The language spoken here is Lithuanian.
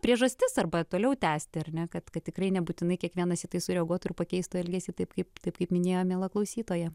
priežastis arba toliau tęsti ar ne kad kad tikrai nebūtinai kiekvienas į tai sureaguotų ir pakeistų elgesį taip kaip taip kaip minėjo miela klausytoja